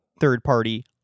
third-party